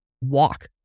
walk